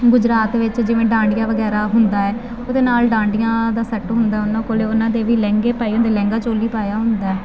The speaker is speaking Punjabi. ਗੁਜਰਾਤ ਵਿੱਚ ਜਿਵੇਂ ਡਾਂਡੀਆਂ ਵਗੈਰਾ ਹੁੰਦਾ ਹੈ ਉਹਦੇ ਨਾਲ ਡਾਂਡੀਆ ਦਾ ਸੈੱਟ ਹੁੰਦਾ ਉਹਨਾਂ ਕੋਲ ਉਹਨਾਂ ਦੇ ਵੀ ਲਹਿੰਗੇ ਪਏ ਹੁੰਦੇ ਲਹਿੰਗਾ ਚੋਲੀ ਪਾਇਆ ਹੁੰਦਾ